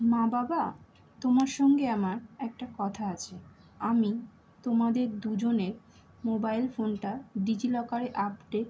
মা বাবা তোমার সঙ্গে আমার একটা কথা আছে আমি তোমাদের দুজনের মোবাইল ফোনটা ডিজি লকারের আপটে